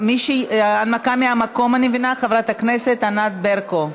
הנמקה מהמקום, אני מבינה, חברת הכנסת ענת ברקו.